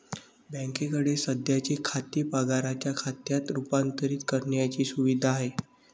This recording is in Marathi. बँकेकडे सध्याचे खाते पगाराच्या खात्यात रूपांतरित करण्याची सुविधा आहे